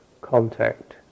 contact